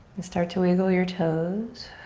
and start to wiggle your toes.